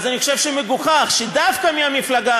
אז אני חושב שמגוחך שדווקא מהמפלגה